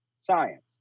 science